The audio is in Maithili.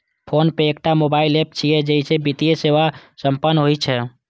फोनपे एकटा मोबाइल एप छियै, जइसे वित्तीय सेवा संपन्न होइ छै